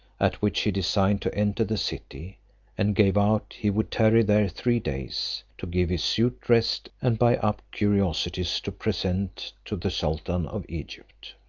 at which he designed to enter the city and gave out he would tarry there three days, to give his suit rest, and buy up curiosities to present to the sultan of egypt.